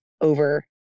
over